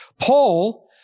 Paul